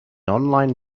online